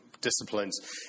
disciplines